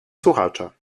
słuchacze